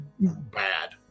bad